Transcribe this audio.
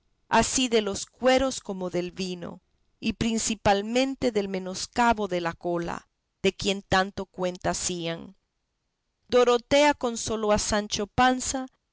así de los cueros como del vino y principalmente del menoscabo de la cola de quien tanta cuenta hacían dorotea consoló a sancho panza